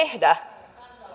tehdä